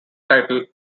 titled